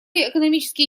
экономически